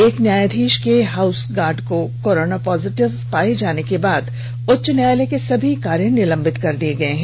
एक न्यायाधीश के हाउस गार्ड के कोरोना पॉजिटिव पाए जाने के बाद उच्च न्यायालय के सभी कार्य निलंबित कर दिये गये है